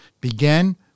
began